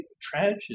tragedy